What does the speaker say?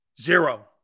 Zero